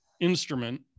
instrument